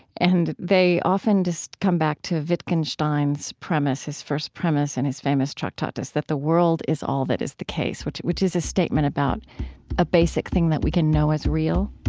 and they often just come back to a wittgenstein's premise his first premise in his famous tractatus that the world is all that is the case, which which is a statement about a basic thing that we can know as real